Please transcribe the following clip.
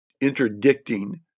interdicting